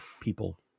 People